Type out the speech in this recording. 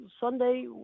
Sunday